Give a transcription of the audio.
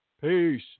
Peace